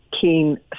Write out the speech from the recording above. keen